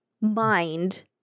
Mind